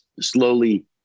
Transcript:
slowly